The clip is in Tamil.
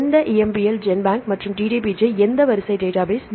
எந்த EMBL Genbank மற்றும் DDBJ எந்த வரிசை டேட்டாபேஸ்